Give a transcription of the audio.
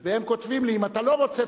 והם כותבים לי: אם אתה לא רוצה,